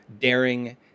daring